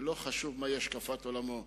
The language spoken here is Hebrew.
ולא חשוב מהי השקפת עולמו.